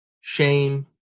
shame